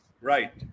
Right